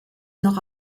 noch